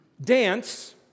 dance